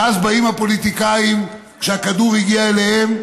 ואז באים הפוליטיקאים שהכדור הגיע אליהם,